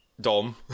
Dom